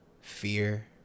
fear